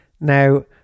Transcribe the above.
Now